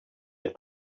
had